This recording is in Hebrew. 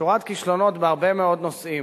שורת כישלונות בהרבה מאוד נושאים.